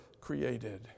created